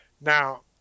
Now